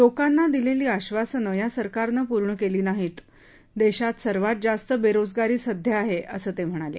लोकांना दिलेली आक्षासनं या सरकारनं पूर्ण केली नाहीत देशात सर्वात जास्त बेरोजगारी सध्या आहे असं ते म्हणाले